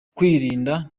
kwirinda